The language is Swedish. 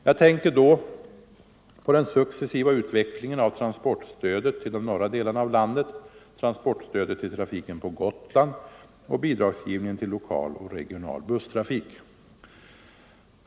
Jag tänker då på den successiva utvecklingen av transportstödet till de norra delarna av landet, transportstödet till trafiken på Gotland och bidragsgivningen till lokal och regional busstrafik.